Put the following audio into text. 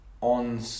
on